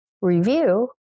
review